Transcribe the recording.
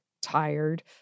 tired